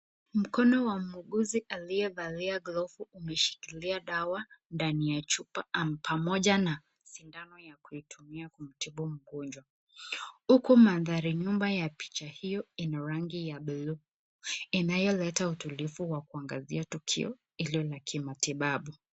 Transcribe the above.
Mkono ya muuguzi aliyevalia glovu umeshikilia dawa ndani ya chupa pamoja na sindano ya kuitumia kumtibu mgonjwa. Uku maandhari nyumba ya picha hiyo ina rangi ya blue , inayoleta utulivu wa kuangazia tukio hilo la kimatibabu.